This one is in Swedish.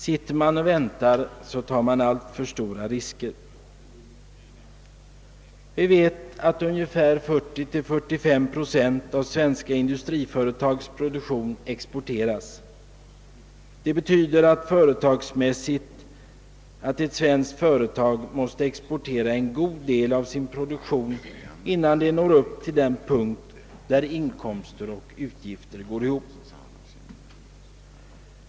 Sitter man och väntar tar man stora risker. Vi vet att ungefär 40—45 procent av svenska industriföretags produktion exporteras. Det betyder företagsmässigt att ett svenskt företag måste exportera en god del av sin produktion, innan det når upp till den punkt där inkomster och utgifter går ihop.